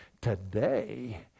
today